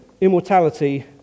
immortality